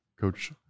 Coach